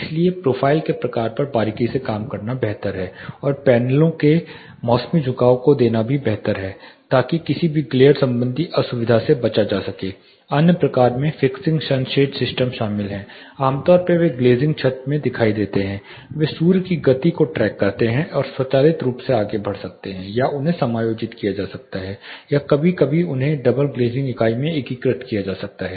इसलिए प्रोफ़ाइल के प्रकार पर बारीकी से काम करना बेहतर है और पैनलों के मौसमी झुकाव को देना भी बेहतर है ताकि किसी भी ग्लेर संबंधी असुविधा से बचा जा सके अन्य प्रकारों में फिक्सिंग सन शेडिंग सिस्टम शामिल हो आमतौर पर वे ग्लेसिंग छत में दिखाई देते हैं वे सूर्य की गति को ट्रैक कर सकते हैं और स्वचालित रूप से आगे बढ़ सकते हैं या उन्हें समायोजित किया जा सकता है या कभी कभी उन्हें डबल ग्लेज़िंग इकाई में एकीकृत किया जाता है